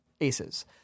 Aces